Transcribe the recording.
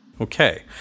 Okay